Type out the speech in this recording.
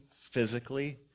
physically